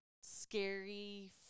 Scary